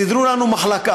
סידרו לנו מחלקה,